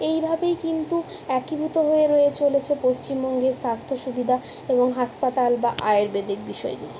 এইভাবেই কিন্তু একীভূত হয়ে রয়ে চলেছে পশ্চিমবঙ্গের স্বাস্থ্য সুবিধা এবং হাসপাতাল বা আয়ুর্বেদিক বিষয়গুলি